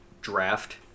draft